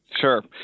Sure